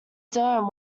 dome